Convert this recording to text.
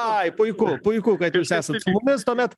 ai puiku puiku kad jūs esat su mumis tuomet